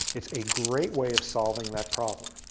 it's a great way of solving that problem.